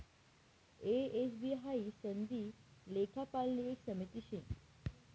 ए, S, B हाई सनदी लेखापालनी एक समिती शे